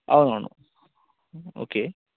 అవునవును ఓకే